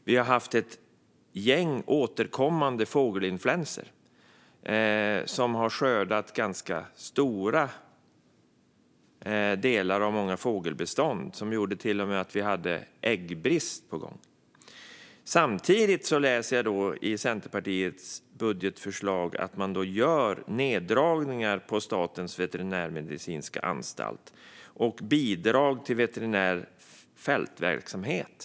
Vi har haft ett gäng återkommande fågelinfluensor som har skördat ganska stora delar av många fågelbestånd och som till och med gjorde att vi hade äggbrist på gång. Samtidigt läser jag i Centerpartiets budgetförslag att man gör neddragningar på Statens veterinärmedicinska anstalt och på bidrag till veterinär fältverksamhet.